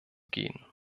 gehen